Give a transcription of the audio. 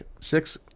six